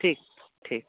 ठीक ठीक